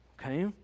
Okay